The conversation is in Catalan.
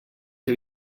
que